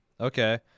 okay